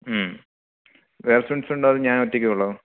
വേറെ സ്റ്റുഡൻസൊണ്ടോ അതോ ഞാന് ഒറ്റക്കേ ഉള്ളോ